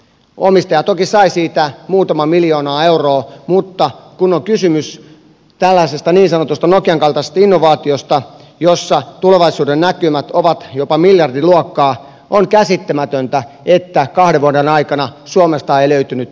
omistaja toki sai siitä muutaman miljoona euroa mutta kun on kysymys tällaisesta niin sanotusta nokian kaltaisesta innovaatiosta jossa tulevaisuudennäkymät ovat jopa miljardiluokkaa on käsittämätöntä että kahden vuoden aikana suomesta ei löytynyt tälle rahoitusta